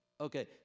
Okay